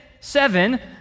Seven